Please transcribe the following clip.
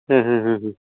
ಹಾಂ ಹಾಂ ಹಾಂ ಹ್ಞೂ